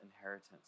inheritance